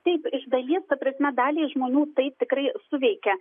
taip iš dalies ta prasme daliai žmonų tai tikrai suveikia